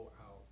out